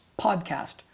podcast